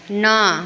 नओ